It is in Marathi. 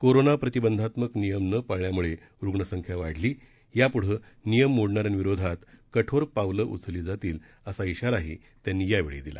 कोरोना प्रतिबंधांत्मक नियम न पाळल्याम्ळे रुग्णसंख्या वाढली याप्ढे नियम मोडणाऱ्यांविरोधात कठोर पावलं उचलली जातील असा इशाराही त्यांनी यावेळी दिला